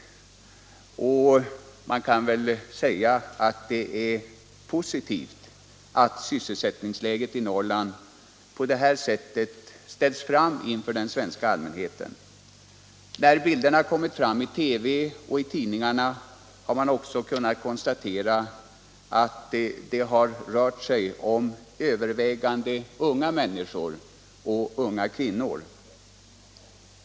Det kan väl sägas att det är mycket positivt att sysselsättningsläget i Norrland på detta sätt ställts fram inför den svenska allmänheten. När bilderna kommit fram i TV och i tidningarna har det också kunnat konstateras att det till övervägande del har rört sig om unga människor, särskilt kvinnor.